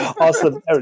Awesome